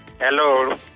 Hello